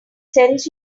sends